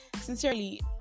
Sincerely